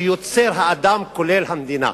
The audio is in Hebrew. שיוצר האדם, כולל המדינה.